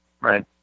Right